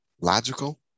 logical